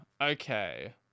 okay